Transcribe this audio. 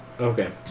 Okay